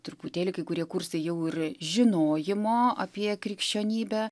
truputėlį kai kurie kursai jau ir žinojimo apie krikščionybę